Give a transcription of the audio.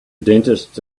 dentist